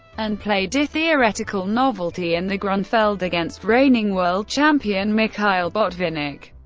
and played a theoretical novelty in the grunfeld against reigning world champion mikhail botvinnik,